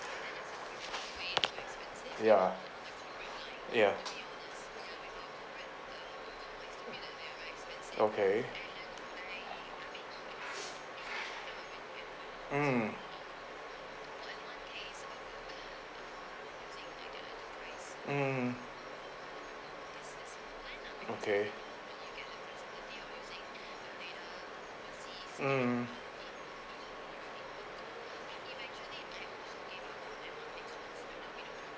ya ya okay mm mm okay mm